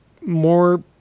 more